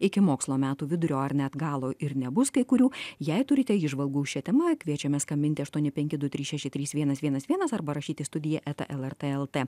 iki mokslo metų vidurio ar net galo ir nebus kai kurių jei turite įžvalgų šia tema kviečiame skambinti aštuoni penki du trys šeši trys vienas vienas vienas arba rašyt į studiją eta lrt lt